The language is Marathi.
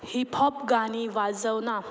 हिपहॉप गाणी वाजव ना